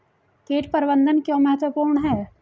कीट प्रबंधन क्यों महत्वपूर्ण है?